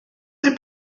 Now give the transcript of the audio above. mae